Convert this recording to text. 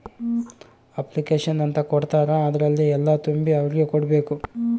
application ಅಂತ ಕೊಡ್ತಾರ ಅದ್ರಲ್ಲಿ ಎಲ್ಲ ತುಂಬಿ ಅವ್ರಿಗೆ ಕೊಡ್ಬೇಕು